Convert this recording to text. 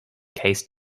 case